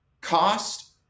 cost